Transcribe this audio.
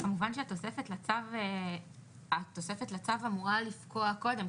כמובן שהתוספת לצו אמורה לפקוע קודם,